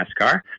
NASCAR